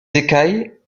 écailles